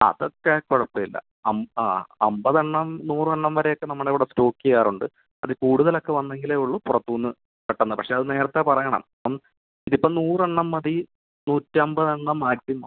ആ അതൊക്കെ കുഴപ്പമില്ല ആ അമ്പത് എണ്ണം നൂറ് എണ്ണം വരെ ഒക്കെ നമ്മളിവിടെ സ്റ്റോക്ക് ചെയ്യാറുണ്ട് അതിൽ കൂടുതലൊക്കെ വന്നെങ്കിലെ ഉള്ളൂ പുറത്തുനിന്ന് പെട്ടെന്ന് പക്ഷെ അത് നേരത്തെ പറയണം ഒന്ന് ഇത് ഇപ്പോൾ നൂറ് എണ്ണം മതി നൂറ്റമ്പത് എണ്ണം മാക്സിമം